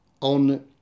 on